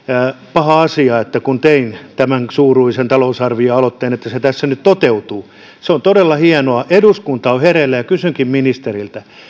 paha asia että kun tein tämän suuruisen talousarvioaloitteen että se tässä nyt toteutuu se on todella hienoa eduskunta on hereillä kysynkin ministeriltä